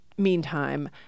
meantime